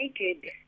naked